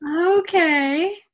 okay